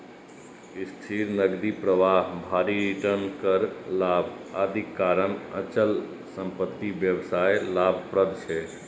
स्थिर नकदी प्रवाह, भारी रिटर्न, कर लाभ, आदिक कारण अचल संपत्ति व्यवसाय लाभप्रद छै